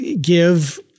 give